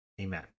Amen